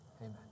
amen